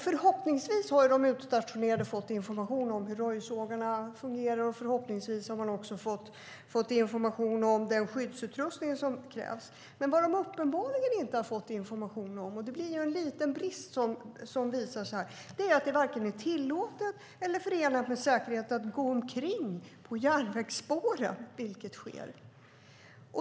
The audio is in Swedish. Förhoppningsvis har de utstationerade fått information om hur röjsågarna fungerar. Förhoppningsvis har de också fått information om den skyddsutrustning som krävs. Men vad de uppenbarligen inte har fått information om - det blir en liten brist som visar sig här - är att det varken är tillåtet eller förenat med säkerhet att gå omkring på järnvägsspåren, vilket sker.